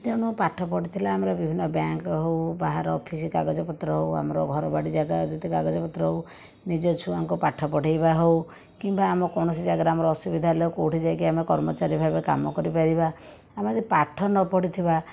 ତେଣୁ ପାଠ ପଢ଼ିଥିଲେ ଆମର ବିଭିନ୍ନ ବ୍ୟାଙ୍କ୍ ହେଉ ବାହାର ଅଫିସ୍ କାଗଜ ପତ୍ର ହେଉ ଆମର ଘର ବାଡ଼ି ଜାଗା ଯେତେ କାଗଜ ପତ୍ର ହେଉ ନିଜ ଛୁଆଙ୍କୁ ପାଠ ପଢ଼ାଇବା ହେଉ କିମ୍ବା ଆମ କୋଣସି ଜାଗାରେ ଆମର ଅସୁବିଧା ହେଲା କେଉଁଠି ଯାଇକି ଆମେ କର୍ମଚାରୀ ଭାବେ କାମ କରିପାରିବା ଆମେ ଯଦି ପାଠ ନପଢ଼ିଥିବା